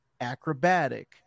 acrobatic